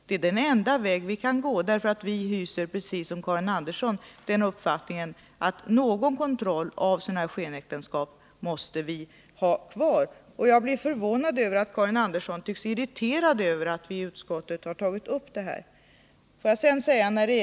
Det är den enda väg vi kan gå. Vi hyser nämligen, precis som Karin Andersson, den uppfattningen att någon kontroll av skenäktenskap måste finnas kvar. Men jag är förvånad över att Karin Andersson tycks vara så irriterad över att vi tagit upp denna fråga i utskottet.